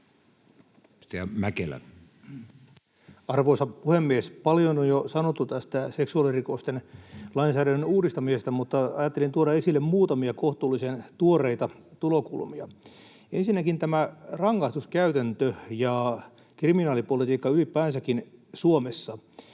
Arvoisa puhemies! Paljon on jo sanottu tästä seksuaalirikosten lainsäädännön uudistamisesta, mutta ajattelin tuoda esille muutamia kohtuullisen tuoreita tulokulmia. Ensinnäkin tämä rangaistuskäytäntö ja kriminaalipolitiikka ylipäänsäkin Suomessa.